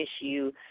issue